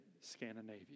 Scandinavia